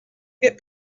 get